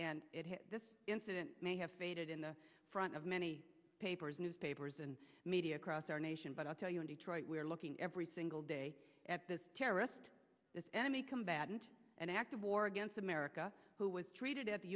and this incident may have faded in the front of many papers newspapers and media across our nation but i'll tell you in detroit we're looking every single day at this terrorist enemy combatant an act of war against america who was treated at the